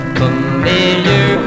familiar